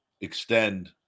extend